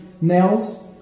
nails